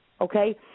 Okay